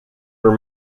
were